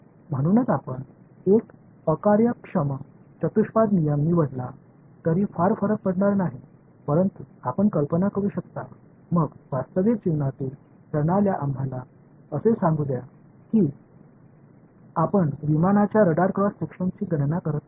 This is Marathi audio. म्हणूनच आपण एक अकार्यक्षम चतुष्पाद नियम निवडला तरी फार फरक पडणार नाही परंतु आपण कल्पना करू शकता मग वास्तविक जीवनातील प्रणाल्या आम्हाला असे सांगू द्या की आपण विमानाच्या रडार क्रॉस सेक्शनची गणना करत आहात